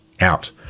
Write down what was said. out